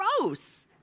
gross